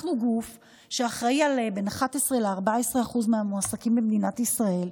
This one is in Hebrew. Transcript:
אנחנו גוף שאחראי לבין 11% ל-14% מהמועסקים במדינת ישראל,